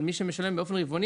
אבל מי שמשלם באופן רבעוני